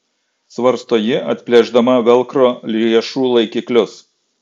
svarsto ji atplėšdama velcro riešų laikiklius